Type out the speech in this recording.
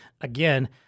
again